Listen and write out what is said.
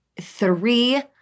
three